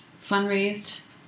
fundraised